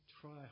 Try